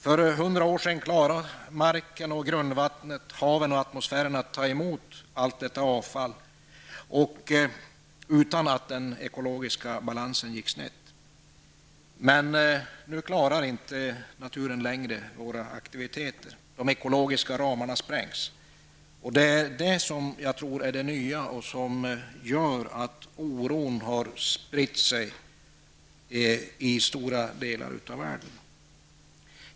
För hundra år sedan klarade marken, grundvattnet, haven och atmosfären att ta emot allt detta avfall utan att den ekologiska balansen gick snett. Men nu klarar inte naturen våra aktiviteter längre. De ekologiska ramarna sprängs. Det är detta som är det nya och som gör att oron har spritt sig i stora delar av världen.